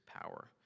power